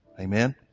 Amen